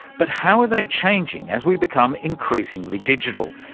but how are they changing as we become increasingly digital?